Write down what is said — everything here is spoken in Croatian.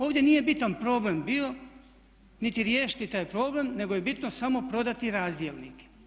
Ovdje nije bitan problem bio niti riješiti taj problem nego je bitno samo prodati razdjelnike.